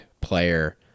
player